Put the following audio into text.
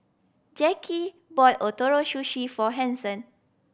Jacki bought Ootoro Sushi for Hanson